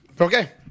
okay